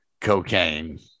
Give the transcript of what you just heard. cocaine